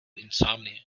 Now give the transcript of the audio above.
insomnia